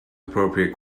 appropriate